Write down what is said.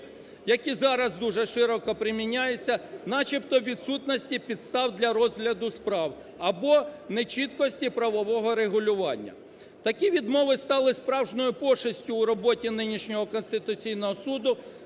які зараз дуже широко приміняються, начебто відсутності підстав для розгляду або нечіткості правового регулювання. Такі відмови стали справжньою пошестю у роботі нинішнього Конституційного Суду,